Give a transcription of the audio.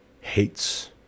hates